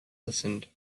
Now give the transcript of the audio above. listened